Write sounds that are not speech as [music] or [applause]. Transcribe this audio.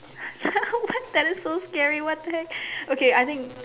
[laughs] what tell so scary what did I okay I think